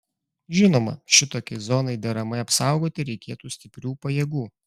žinoma šitokiai zonai deramai apsaugoti reikėtų stiprių pajėgų